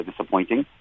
disappointing